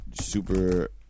super